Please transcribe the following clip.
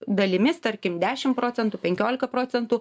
dalimis tarkim dešim procentų penkiolika procentų